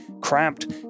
cramped